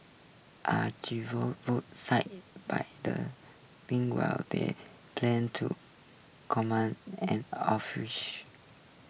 are seized by the while they plan to common an